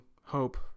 hope